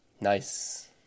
Nice